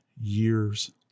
years